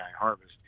harvest